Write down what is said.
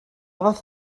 fath